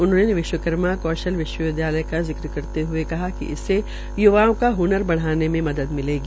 उन्होंने विश्वकर्माकौशल विश्वविद्यालय का जिक्र करते हए कहा इससे य्वाओं का हनर बढ़ाने में मदद मिलेगी